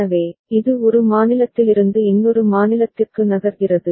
எனவே இது ஒரு மாநிலத்திலிருந்து இன்னொரு மாநிலத்திற்கு நகர்கிறது